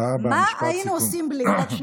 מה היינו עושים בלי זה?